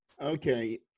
Okay